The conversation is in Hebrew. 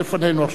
לא, אף שלוש,